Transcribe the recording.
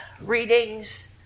readings